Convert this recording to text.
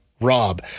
Rob